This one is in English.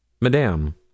Madame